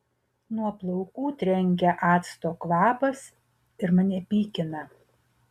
nuo plaukų trenkia acto kvapas ir mane pykina